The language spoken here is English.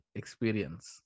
experience